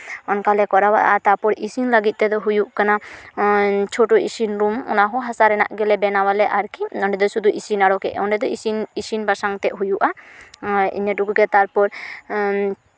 ᱚᱱᱠᱟ ᱞᱮ ᱠᱚᱨᱟᱣᱟ ᱟᱨ ᱛᱟᱯᱚᱨ ᱤᱥᱤᱱ ᱞᱟᱹᱜᱤᱫ ᱛᱮᱫᱚ ᱞᱮ ᱦᱩᱭᱩᱜ ᱠᱟᱱᱟ ᱪᱷᱳᱴᱳ ᱤᱥᱤᱱ ᱨᱩᱢ ᱚᱱᱟ ᱦᱚᱸ ᱦᱟᱥᱟ ᱨᱮᱱᱟᱜ ᱜᱮᱞᱮ ᱵᱮᱱᱟᱣᱟ ᱟᱨᱠᱤ ᱱᱚᱸᱰᱮ ᱫᱚ ᱥᱩᱫᱩ ᱤᱥᱤᱱ ᱟᱨᱚ ᱜᱮ ᱚᱸᱰᱮ ᱫᱚ ᱤᱥᱤᱱ ᱤᱥᱤᱱ ᱵᱟᱥᱟᱝ ᱛᱮᱫ ᱦᱩᱭᱩᱜᱼᱟ ᱟᱨ ᱤᱱᱟᱹ ᱴᱩᱠᱩ ᱜᱮ ᱛᱟᱨᱯᱚᱨ